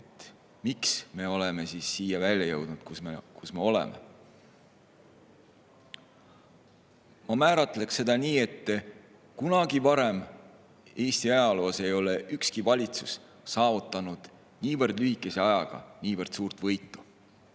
miks me oleme siia välja jõudnud, kus me oleme. Ma määratleks seda nii, et kunagi varem Eesti ajaloos ei ole ükski valitsus saavutanud niivõrd lühikese ajaga niivõrd suurt võitu.